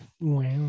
Wow